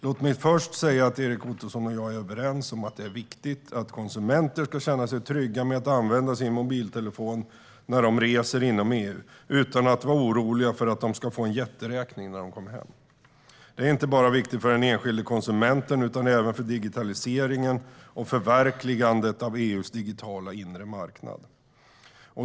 Låt mig först säga att Erik Ottoson och jag är överens om att det är viktigt att konsumenter ska känna sig trygga med att använda sin mobiltelefon när de reser inom EU utan att vara oroliga för att få en jätteräkning när de kommer hem. Det är viktigt inte bara för den enskilde konsumenten utan även för digitaliseringen och förverkligandet av EU:s digitala inre marknad.